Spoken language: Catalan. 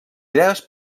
idees